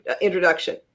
introduction